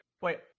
wait